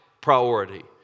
priority